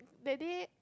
that day